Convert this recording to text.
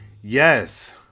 yes